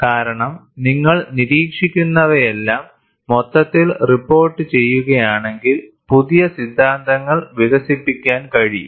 കാരണം നിങ്ങൾ നിരീക്ഷിക്കുന്നവയെല്ലാം മൊത്തത്തിൽ റിപ്പോർട്ടുചെയ്യുകയാണെങ്കിൽ പുതിയ സിദ്ധാന്തങ്ങൾ വികസിപ്പിക്കാൻ കഴിയും